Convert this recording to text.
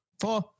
Four